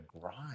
grind